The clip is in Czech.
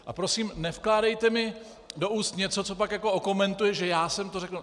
A prosím, nevkládejte mi do úst něco, co pak jako okomentujete, že já jsem to řekl.